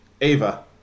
Ava